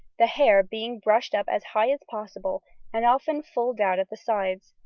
the hair being brushed up as high as possible and often fulled out at the sides,